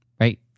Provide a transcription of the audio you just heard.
right